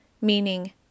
meaning